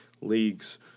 leagues